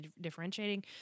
differentiating